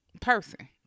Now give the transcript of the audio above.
person